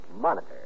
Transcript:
Monitor